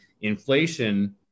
inflation